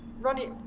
Ronnie